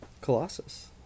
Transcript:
Colossus